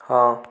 ହଁ